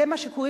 זה מה שקוראים,